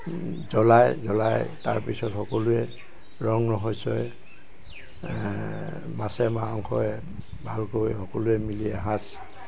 এইটো জ্ৱলায় জ্ৱলাই তাৰপিছত সকলোৱে ৰং ৰহইছৰে মাছে মাংসই ভালকৈ সকলোৱে মিলি এসাঁজ